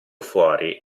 fuori